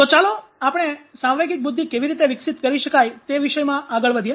તો ચાલો આપણે સાંવેગિક બુદ્ધિ કેવી રીતે વિકસિત કરી શકાય તે વિષયમાં આગળ વધીએ